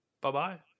Bye-bye